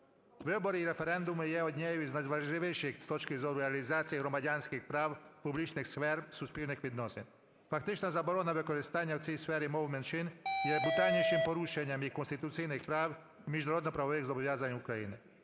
Вибори і референдуми є однією з найважливіших з точки зору реалізації громадянських прав публічних сфер суспільних відносин. Фактично заборона використання у цій сфері мов меншин є брутальнішим порушенням і конституційних прав, і міжнародно-правових зобов'язань України.